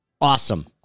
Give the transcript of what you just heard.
Awesome